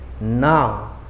now